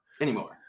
Anymore